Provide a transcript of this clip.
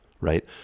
right